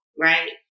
Right